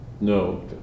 No